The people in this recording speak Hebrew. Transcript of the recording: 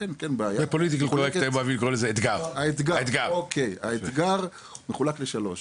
האתגר מחולק לשלוש,